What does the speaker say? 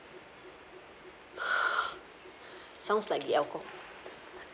sounds like the alcohol